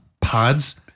pods